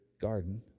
garden